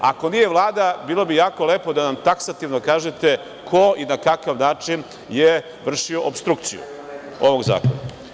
Ako nije Vlada, bilo bi jako lepo da nam taksativno kažete ko i na kakav način je vršio opstrukciju ovog Zakona?